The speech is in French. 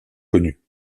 connues